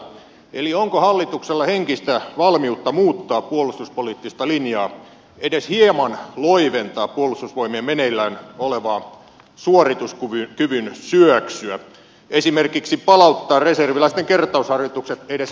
eli onko hallituksella henkistä valmiutta muuttaa puolustuspoliittista linjaa edes hieman loiventaa puolustusvoimien meneillään olevaa suorituskyvyn syöksyä esimerkiksi palauttaa reserviläisten kertausharjoitukset edes välttävälle tasolle